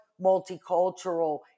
multicultural